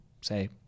say